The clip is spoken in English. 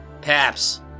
Paps